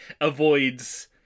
avoids